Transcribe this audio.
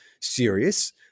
serious